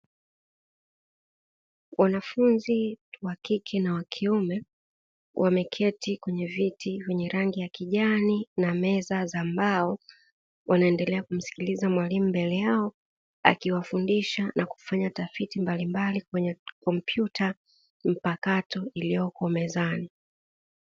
Wanafunzi wa kike na wa kiume wameketi kwenye viti vyenye rangi ya kijani na meza za mbao. Wanaendelea kumsikiliza mwalimu mbele yao akiwafundisha na kufanya tafiti mbalimbali kwenye kompyuta mpakato iliyoko mezani.